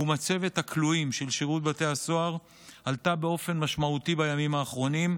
מצבת הכלואים של שירות בתי הסוהר עלתה באופן משמעותי בימים האחרונים,